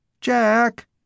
Jack